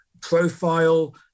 profile